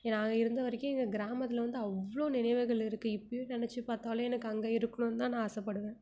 நான் இருந்த வரைக்கும் எங்கள் கிராமத்தில் வந்து அவ்வளோ நினைவுகள் இருக்குது இப்போயும் நினச்சி பார்த்தாலும் எனக்கு அங்கே இருக்கணும்னு தான் நான் ஆசைப்படுவேன்